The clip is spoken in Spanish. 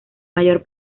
mayor